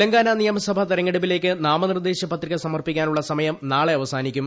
തെലങ്കാന നിയമസഭാതെരഞ്ഞെടുപ്പിലേക്ക് നാമനിർദ്ദേശ പത്രിക സമർപ്പി ക്കാനുള്ള സമയം നാളെ അവസ്ാനിക്കും